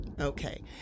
Okay